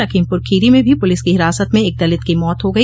लखीमपुर खीरी में भी पुलिस की हिरासत में एक दलित की मौत हो गई